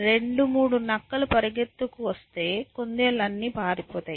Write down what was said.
2 3 నక్కలు పరిగెత్తుకు వస్తే కుందేళ్ళు అన్నీ పారిపోతాయి